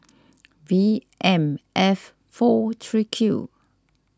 V M F four three Q